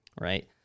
Right